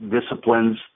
Disciplines